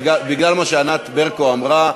בגלל מה שענת ברקו אמרה,